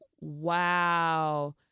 wow